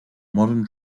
modern